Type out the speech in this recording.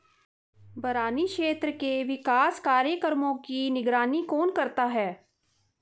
बरानी क्षेत्र के विकास कार्यक्रमों की निगरानी कौन करता है?